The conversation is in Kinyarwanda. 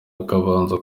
akabanza